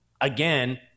again